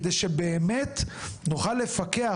כדי שבאמת נוכל לפקח,